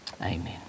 Amen